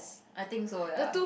I think so ya